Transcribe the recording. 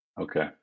okay